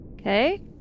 Okay